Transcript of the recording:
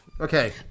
Okay